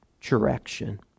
direction